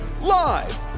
live